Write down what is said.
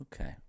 Okay